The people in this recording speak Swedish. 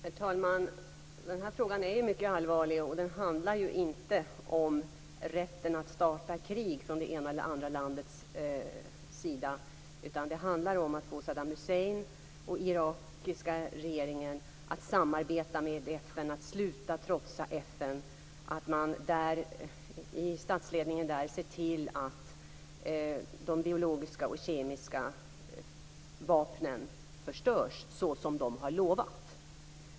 Herr talman! Den här frågan är mycket allvarlig. Det handlar inte om rätten för det ena eller andra landet att starta krig, utan det handlar om att få Saddam Hussein och den irakiska regeringen att samarbeta med FN, att sluta trotsa FN och att se till att de biologiska och kemiska vapnen förstörs som man har lovat.